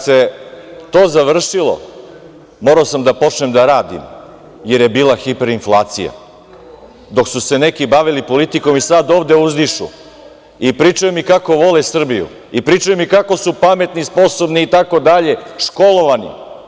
Kad se to završilo, morao sam da počnem da radim jer je bila hiperinflacija, dok su se neki bavili politikom i sad ovde uzdišu i pričaju mi kako vole Srbiji i kako su pametni i sposobni i tako dalje, školovani.